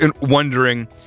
wondering